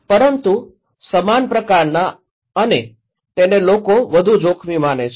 પરંતુ સમાન પ્રકારનાં અને તેને લોકો વધુ જોખમી માને છે